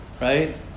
Right